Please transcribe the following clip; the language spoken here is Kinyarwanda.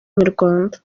inyarwanda